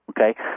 Okay